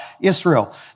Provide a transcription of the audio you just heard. Israel